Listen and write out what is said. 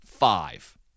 Five